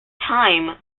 time